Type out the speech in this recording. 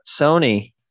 Sony